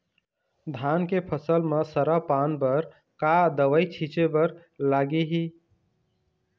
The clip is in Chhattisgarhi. धान के फसल म सरा पान बर का दवई छीचे बर लागिही?